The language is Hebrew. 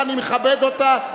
ואני מכבד אותה,